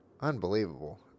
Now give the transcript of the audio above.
Unbelievable